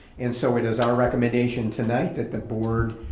and so it is our recommendation tonight that the board